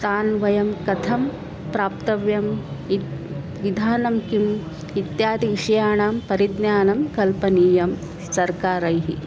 तान् वयं कथं प्राप्तव्यम् इत् विधानं किम् इत्यादि विषयाणां परिज्ञानं कल्पनीयं सर्वकारैः